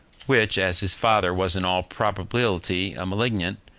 which, as his father was in all probability a malignant,